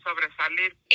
sobresalir